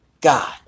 God